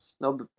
No